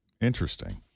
Interesting